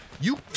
You-